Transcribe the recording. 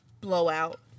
blowout